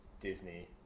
Disney